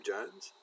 Jones